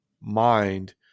mind